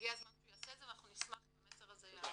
הגיע הזמן שהוא יעשה את זה ונשמח אם המסר הזה יעבור.